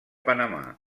panamà